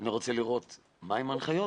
אני רוצה לראות מה הן ההנחיות,